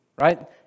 Right